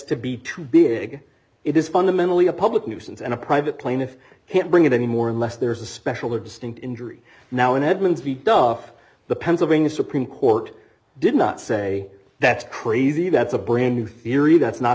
to be too big it is fundamentally a public nuisance and a private plaintiff can't bring it any more unless there is a special or distinct injury now in edmonds v duff the pennsylvania supreme court did not say that's crazy that's a brand new theory that's not